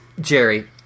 Jerry